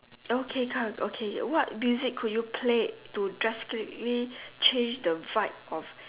okay come okay what music could you play to drastically change the vibe of